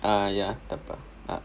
ah ya takpe ah